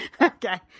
okay